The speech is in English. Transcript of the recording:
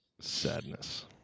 sadness